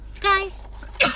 Guys